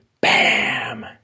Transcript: Bam